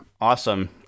Awesome